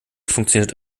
funktioniert